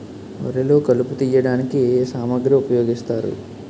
వరిలో కలుపు తియ్యడానికి ఏ ఏ సామాగ్రి ఉపయోగిస్తారు?